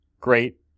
Great